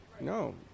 No